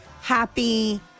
happy